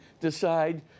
decide